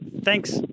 thanks